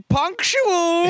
punctual